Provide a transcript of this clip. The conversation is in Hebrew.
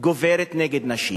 גוברת נגד נשים